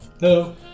Hello